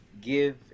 give